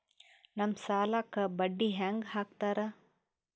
ನಮ್ ಸಾಲಕ್ ಬಡ್ಡಿ ಹ್ಯಾಂಗ ಹಾಕ್ತಾರ?